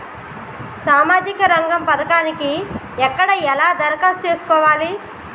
సామాజిక రంగం పథకానికి ఎక్కడ ఎలా దరఖాస్తు చేసుకోవాలి?